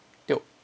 tio